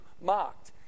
mocked